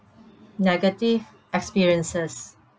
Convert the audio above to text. negative experiences